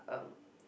um